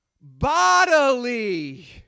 bodily